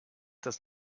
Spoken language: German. das